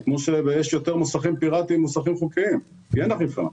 זה כמו שיש יותר מוסכים פיראטיים ממוסכים חוקיים כי אין אכיפה.